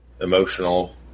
emotional